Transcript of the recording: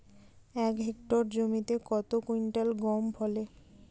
এক হেক্টর জমিতে কত কুইন্টাল গম ফলে?